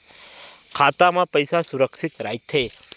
खाता मा पईसा सुरक्षित राइथे?